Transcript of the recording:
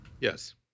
yes